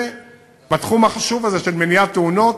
בתחום החשוב הזה, של מניעת תאונות,